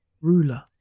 ruler